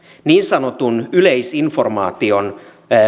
niin sanotun yleisinformaation